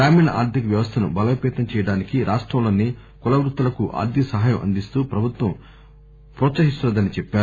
గ్రామీణ ఆర్దిక వ్యవస్థను బలోపేతం చేయడానికి రాష్టంలోని కులవృత్తులకు ఆర్దిక సాయం అందిస్తూ ప్రభుత్వం ప్రోత్సహిస్తున్న దని చెప్పారు